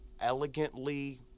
elegantly